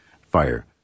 fire